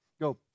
Go